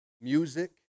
music